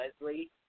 Leslie